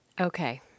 Okay